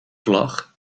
vlag